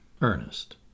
Ernest